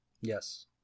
Yes